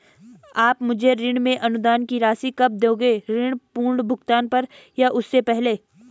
आप मुझे ऋण में अनुदान की राशि कब दोगे ऋण पूर्ण भुगतान पर या उससे पहले?